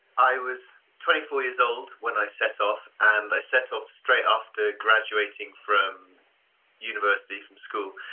i was twenty four years old when i set off. and i set off straight after graduating from university, from school.